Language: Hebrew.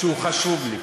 שחשוב לי.